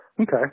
Okay